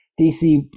DC